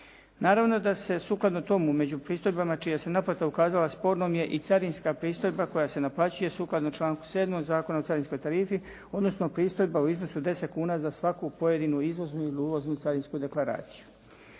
Naravno da se sukladno tomu među pristojbama čija se naplata ukazala spornom je i carinska pristojba koja se naplaćuje sukladno članku 7. Zakona o carinskoj tarifi, odnosno pristojba u iznosu od 10 kuna za svaku pojedinu izvoznu ili uvoznu carinsku deklaraciju.